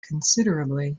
considerably